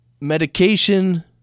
Medication